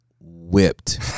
whipped